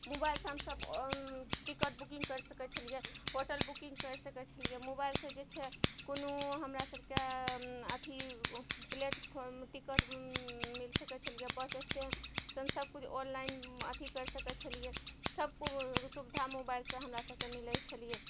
मोबाइलसँ हमसब ticket booking करि सकय छलियै होटल बुकिंग करि सकय छलियै मोबाइलसँ जे छै कोनो हमरा सबके अथी प्लेटफार्म टिकट मिल सकय छलियै बस स्टेशन सबकिछु ऑनलाइन अथी करि सकय छलियै सब सुविधा मोबाइलसँ हमरा सबके मिलय छलियै